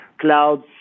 clouds